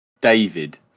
David